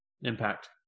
impact